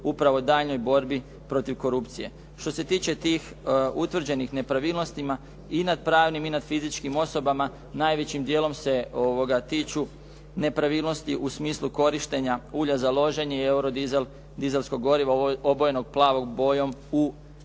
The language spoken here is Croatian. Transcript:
upravo daljnjoj borbi protiv korupcije. Što se tiče tih utvrđenih nepravilnostima i nad pravnim i nad fizičkim osobama, najvećim dijelom se tiču nepravilnosti u smislu korištenja ulja za loženje i eurodizelskog goriva, obojenog plavom bojom u svrhe